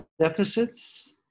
deficits